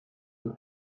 nuen